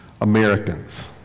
Americans